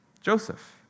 Joseph